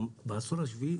בעשור השביעי